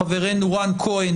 חברנו רן כהן